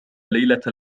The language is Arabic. ليلة